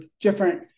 different